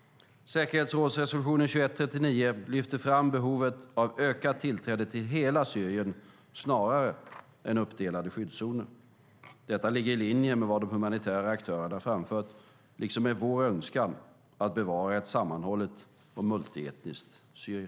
Säkerhetsrådsresolutionen 2139 lyfter fram behovet av ökat tillträde till hela Syrien snarare än uppdelade skyddszoner. Detta ligger i linje med vad de humanitära aktörerna framfört, liksom med vår önskan att bevara ett sammanhållet och multietniskt Syrien.